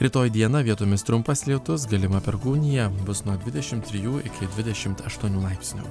rytoj dieną vietomis trumpas lietus galima perkūnija bus nuo dvidešim trijų iki dvidešim aštuonių laipsnių